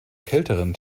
kälteren